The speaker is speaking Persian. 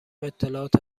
اطلاعات